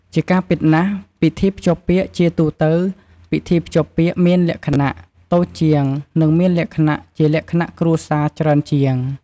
ជាការពិតណាស់់ ពិធីភ្ជាប់ពាក្យជាទូទៅ ពិធីភ្ជាប់ពាក្យមានលក្ខណៈ តូចជាង និង មានលក្ខណៈជាលក្ខណៈគ្រួសារ ច្រើនជាង។